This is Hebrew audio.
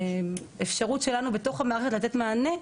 האפשרות שלנו לתת מענה בתוך המערכת